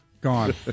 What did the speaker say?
Gone